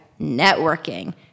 networking